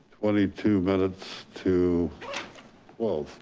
twenty two minutes to twelve.